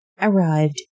arrived